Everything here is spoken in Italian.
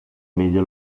media